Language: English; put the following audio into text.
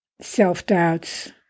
self-doubts